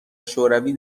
شوروی